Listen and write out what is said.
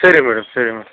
సరే మేడం సరే మేడం